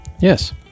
yes